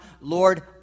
Lord